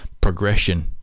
progression